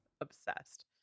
Obsessed